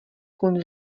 kůň